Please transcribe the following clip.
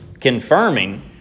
confirming